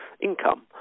income